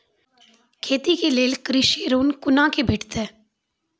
खेती के लेल कृषि ऋण कुना के भेंटते?